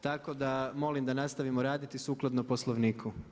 Tako da molim da nastavimo raditi sukladno Poslovniku.